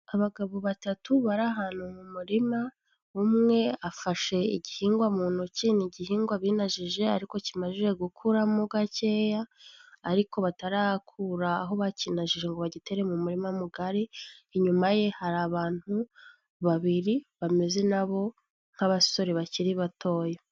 Abagabo batatu bari ahantu mu murima, umwe afashe igihingwa mu ntoki, ni igihingwa binajije ariko kima gukuramo gakeya, ariko batarakura aho bakinajije ngo bagitere mu murima mugari, inyuma ye hari abantu babiri bameze nabo nk'abasore bakiri batoya.